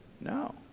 No